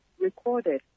recorded